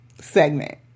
Segment